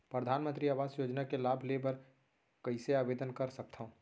परधानमंतरी आवास योजना के लाभ ले बर कइसे आवेदन कर सकथव?